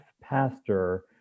pastor